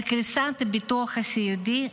על קריסת הביטוח הסיעודי,